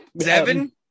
Seven